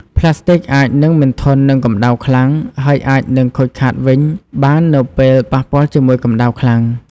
ផ្លាស្ទិកអាចនឹងមិនធន់នឹងកម្ដៅខ្លាំង ហើយអាចនឹងខូចខាតវិញបាននៅពេលប៉ះពាល់ជាមួយកម្ដៅខ្លាំង។